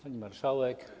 Pani Marszałek!